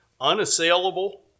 unassailable